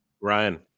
Ryan